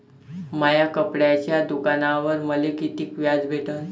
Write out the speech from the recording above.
माया कपड्याच्या दुकानावर मले कितीक व्याज भेटन?